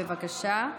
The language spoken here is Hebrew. בבקשה.